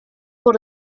por